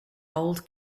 old